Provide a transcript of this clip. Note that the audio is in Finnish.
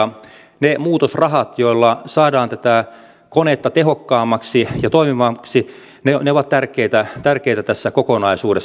ne muutosrahat joilla saadaan tätä konetta tehokkaammaksi ja toimivammaksi ovat tärkeitä tässä kokonaisuudessa